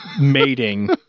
mating